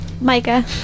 Micah